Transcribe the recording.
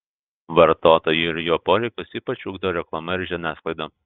vartotoją ir jo poreikius ypač ugdo reklama ir žiniasklaida